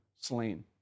slain